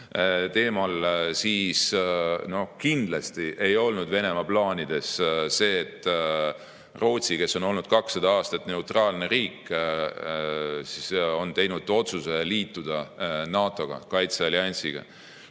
siis kindlasti ei olnud Venemaa plaanides see, et Rootsi, kes on olnud 200 aastat neutraalne riik, on teinud otsuse liituda NATO-ga, kaitsealliansiga.